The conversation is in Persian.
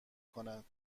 کند